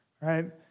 right